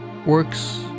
works